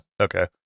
okay